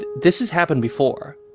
this has happened before.